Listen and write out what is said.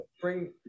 bring